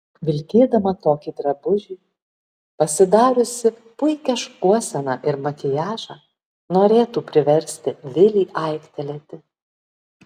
vilkėdama tokį drabužį pasidariusi puikią šukuoseną ir makiažą norėtų priversti vilį aiktelėti